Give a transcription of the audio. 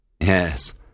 Yes